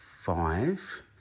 five